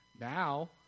Now